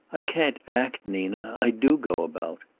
i can't act, nina. i do go about.